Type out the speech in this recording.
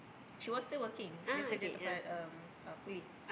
she was still working dia kerja tempat um police